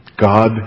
God